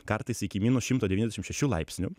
kartais iki minus šimto devyniasdešim šešių laipsnių